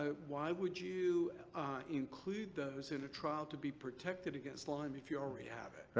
ah why would you include those in a trial to be protected against lyme if you already have it. right.